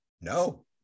no